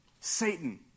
Satan